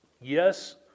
Yes